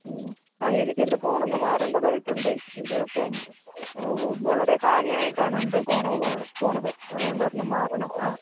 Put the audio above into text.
ആ എനിക്കെൻ്റെ ഫോണൊന്ന് മാറേണ്ടതായിട്ട് ഉണ്ട് ഇത് ഇപ്പം വളരെ ഹാങ്ങായിട്ടാണ് എൻ്റെ ഫോൺ പോകുന്നത് അതുകൊണ്ട് ഒരെണ്ണം മാറണം ആ